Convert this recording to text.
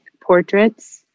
portraits